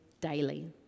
daily